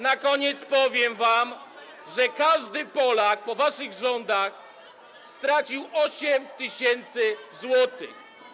Na koniec powiem wam, że każdy Polak po waszych rządach stracił 8 tys. zł.